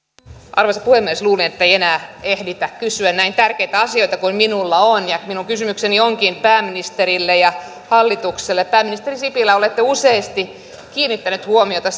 arvoisa puhemies luulin ettei enää ehditä kysyä näin tärkeitä asioita kuin minulla on minun kysymykseni onkin pääministerille ja hallitukselle pääministeri sipilä olette useasti kiinnittänyt huomiota